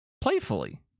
playfully